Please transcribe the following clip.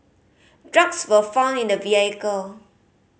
drugs were found in the vehicle